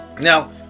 Now